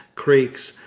creeks,